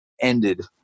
ended